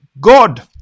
God